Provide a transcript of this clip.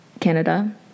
Canada